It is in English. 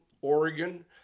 Oregon